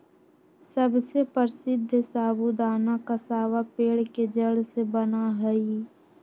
सबसे प्रसीद्ध साबूदाना कसावा पेड़ के जड़ से बना हई